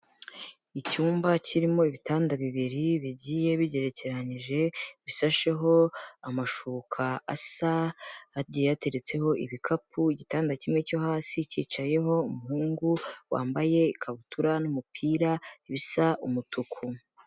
Icyumba kirimo ibitanda bibiri bigiye bigerekeranije, bisasheho amashuka asa, hagiye hateretseho ibikapu, igitanda kimwe cyo hasi cyicayeho umuhungu wambaye ikabutura n'umupira bisa umutuku.